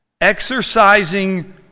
Exercising